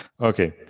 Okay